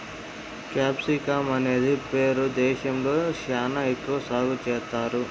capsicum అనేది Peru దేశంలో శ్యానా ఎక్కువ సాగు చేత్తారు